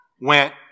went